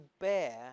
bear